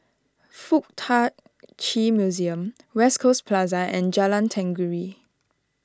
Fuk Tak Chi Museum West Coast Plaza and Jalan Tenggiri